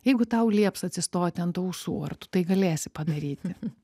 jeigu tau lieps atsistoti ant ausų ar tu tai galėsi padaryti